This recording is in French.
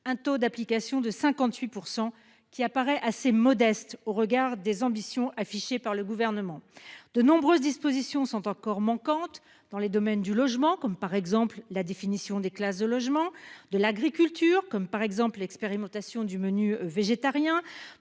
un taux d'application de 58% qui apparaît assez modeste au regard des ambitions affichées par le gouvernement de nombreuses dispositions sont encore manquantes dans les domaines du logement, comme par exemple la définition des classes de logement de l'agriculture, comme par exemple l'expérimentation du menu végétarien.